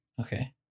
Okay